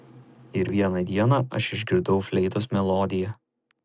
ir vieną dieną aš išgirdau fleitos melodiją